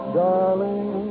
darling